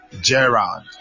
Gerard